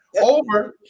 Over